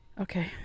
Okay